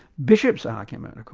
bishop's argument of course,